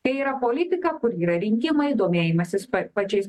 tai yra politika kur yra rinkimai domėjimasis pa pačiais